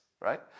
Right